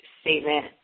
statement